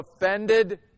offended